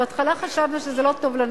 בהתחלה חשבנו שזה לא טוב לנשים,